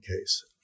case